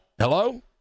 hello